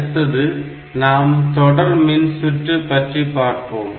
அடுத்து நாம் தொடர் மின்சுற்று பற்றி பார்ப்போம்